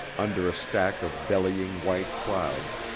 under a stack of bellying white clouds,